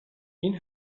این